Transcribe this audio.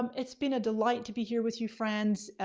um it's been a delight to be here with you friends.